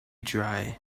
dry